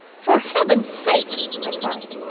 for heaven's sake! i cried.